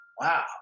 Wow